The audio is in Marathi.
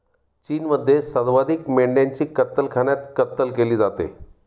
चीनमध्ये सर्वाधिक मेंढ्यांची कत्तलखान्यात कत्तल केली जाते